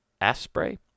Asprey